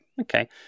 Okay